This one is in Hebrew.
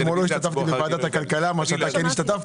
אתמול לא השתתפתי בוועדת הכלכלה ואתה כן השתתפת.